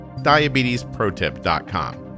DiabetesProTip.com